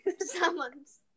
someone's